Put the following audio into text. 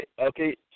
okay